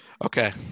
Okay